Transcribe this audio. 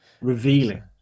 revealing